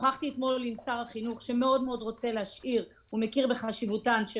שוחחתי אתמול עם שר החינוך שמכיר בחשיבותם של